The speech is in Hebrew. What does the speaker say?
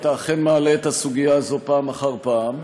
אתה אכן מעלה את הסוגיה הזאת פעם אחר פעם,